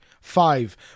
Five